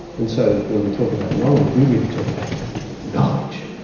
and so when we talk about knowledge, we really talk about knowledge.